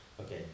Okay